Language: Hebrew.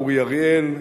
אורי אריאל,